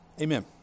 Amen